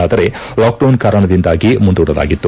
ಆದರೆ ಲಾಕ್ಡೌನ್ ಕಾರಣದಿಂದಾಗಿ ಮುಂದೂಡಲಾಗಿತ್ತು